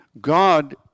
God